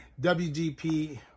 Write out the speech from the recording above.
WGP